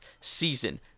season